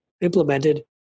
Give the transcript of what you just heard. implemented